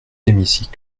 hémicycle